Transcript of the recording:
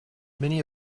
many